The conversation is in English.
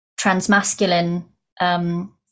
transmasculine